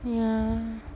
yeah